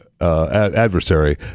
adversary